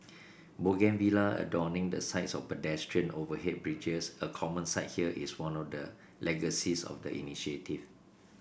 bougainvillea adorning the sides of pedestrian overhead bridges a common sight here is one of the legacies of the initiative